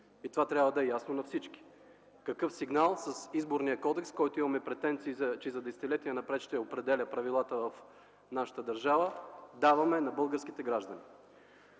и това трябва да е ясно на всички. Какъв сигнал с Изборния кодекс, който имаме претенции, че за десетилетия напред ще определя правилата в нашата държава, даваме на българските граждани?